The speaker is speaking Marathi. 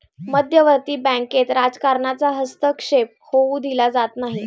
मध्यवर्ती बँकेत राजकारणाचा हस्तक्षेप होऊ दिला जात नाही